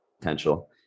potential